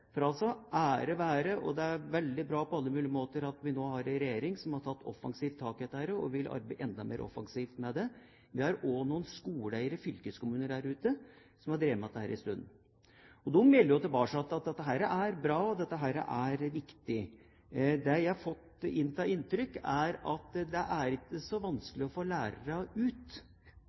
dette og vil arbeide enda mer offensivt med det. Vi har også noen skoleeiere, fylkeskommuner, der ute som har drevet med dette en stund – ære være – og de melder tilbake at dette er bra, dette er viktig. Det jeg har fått av inntrykk, er at det er ikke så vanskelig å få lærerne ut,